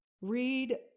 read